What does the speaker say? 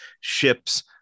ships